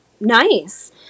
nice